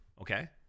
Okay